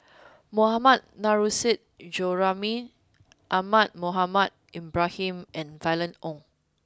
Mohammad Nurrasyid Juraimi Ahmad Mohamed Ibrahim and Violet Oon